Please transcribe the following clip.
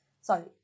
Sorry